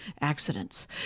accidents